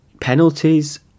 penalties